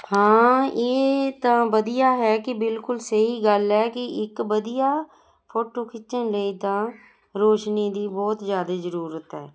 ਹਾਂ ਇਹ ਤਾਂ ਵਧੀਆ ਹੈ ਕਿ ਬਿਲਕੁਲ ਸਹੀ ਗੱਲ ਹੈ ਕਿ ਇੱਕ ਵਧੀਆ ਫੋਟੋ ਖਿੱਚਣ ਲਈ ਤਾਂ ਰੋਸ਼ਨੀ ਦੀ ਬਹੁਤ ਜ਼ਿਆਦੀ ਜ਼ਰੂਰਤ ਹੈ